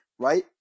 Right